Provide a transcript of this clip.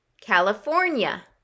California